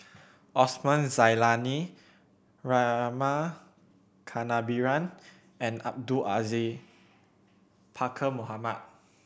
Osman Zailani Rama Kannabiran and Abdul Aziz Pakkeer Mohamed